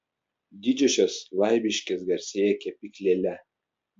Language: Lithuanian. didžiosios laibiškės garsėja kepyklėle